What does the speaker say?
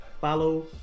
follow